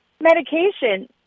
medication